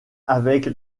avec